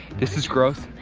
this is gross.